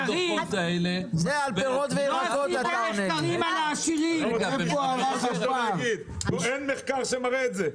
לא עשית מחקרים על העשירים --- אין מחקר שמראה את זה.